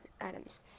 items